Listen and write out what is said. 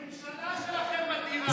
הממשלה שלכם מדירה,